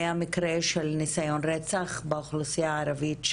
היה מקרה של ניסיון רצח באוכלוסייה הערבית,